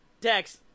Dex